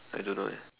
I don't know eh